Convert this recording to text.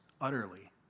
utterly